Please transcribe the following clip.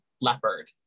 leopard